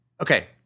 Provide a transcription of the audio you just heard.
okay